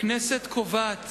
הכנסת קובעת